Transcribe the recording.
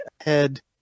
head